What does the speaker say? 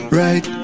right